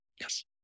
Yes